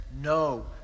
No